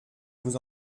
vous